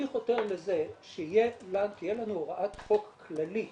אני חותר לזה שתהיה לנו הוראת חוק כללית